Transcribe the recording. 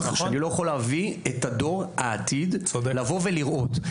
ואני לא יכול להביא את דור העתיד לראות משחק.